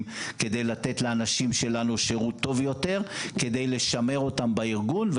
כדי לתת לאנשים שלנו שירות טוב יותר כדי לשמר אותם בארגון,